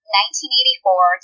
1984